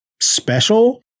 special